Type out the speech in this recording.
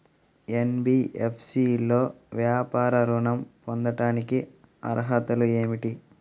NBFC లో వ్యాపార ఋణం పొందటానికి అర్హతలు ఏమిటీ?